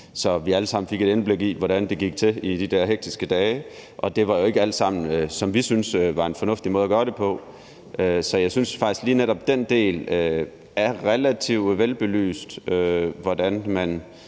så vi alle sammen fik et indblik i, hvordan det gik til i de der hektiske dage. Og det var jo ikke alt sammen på en måde, som vi synes det var fornuftigt at gøre det på. Så jeg synes faktisk, at lige netop den del er relativt velbelyst, altså hvordan de